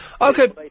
Okay